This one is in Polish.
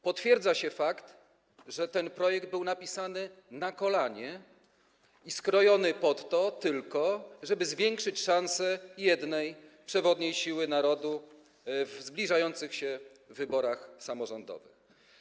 Potwierdza się fakt, że ten projekt był napisany na kolanie i skrojony tylko pod to, żeby zwiększyć szanse jednej, przewodniej siły narodu w zbliżających się wyborach samorządowych.